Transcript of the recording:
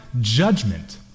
judgment